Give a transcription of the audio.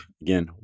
Again